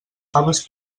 faves